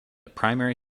primary